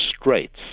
Straits